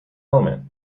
element